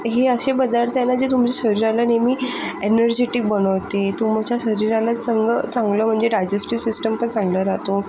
हे असे पदार्थ आहे ना ते तुमच्या शरीराला नेहमी एनर्जेटिक बनवते तुमच्या शरीराला संगं चांगलं म्हणजे डायजेस्टिव्ह सिस्टम पण चांगलं राहतो